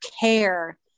care